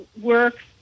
works